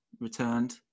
returned